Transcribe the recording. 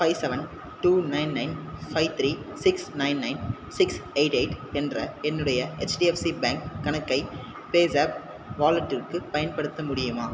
five seven two nine nine five three six nine nine six eight eight என்ற என்னுடைய HDFC bank கணக்கை பேஸாப் வாலெட்டுக்கு பயன்படுத்த முடியுமா